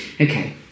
Okay